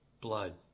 blood